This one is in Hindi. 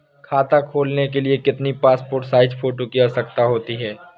खाता खोलना के लिए कितनी पासपोर्ट साइज फोटो की आवश्यकता होती है?